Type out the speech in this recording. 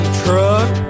truck